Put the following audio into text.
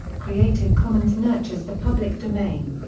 creative commons nurtures the public domain.